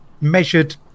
measured